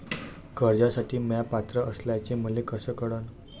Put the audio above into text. कर्जसाठी म्या पात्र असल्याचे मले कस कळन?